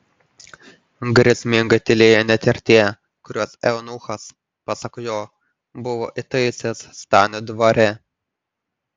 grėsmingai tylėjo net ir tie kuriuos eunuchas pasak jo buvo įtaisęs stanio dvare